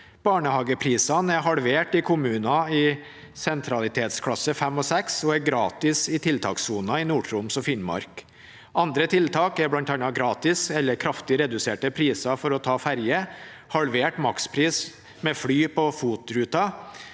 Barnehageprisene er halvert i kommuner i sentralitetsklasse 5 og 6 og er gratis i tiltakssonen i NordTroms og Finnmark. Andre tiltak er bl.a. gratis eller kraftig reduserte priser for å ta ferje og halvert makspris med fly på FOT-ruter.